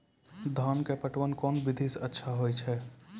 धान के पटवन कोन विधि सै अच्छा होय छै?